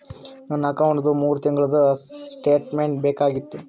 ನನ್ನ ಅಕೌಂಟ್ದು ಮೂರು ತಿಂಗಳದು ಸ್ಟೇಟ್ಮೆಂಟ್ ಬೇಕಾಗಿತ್ತು?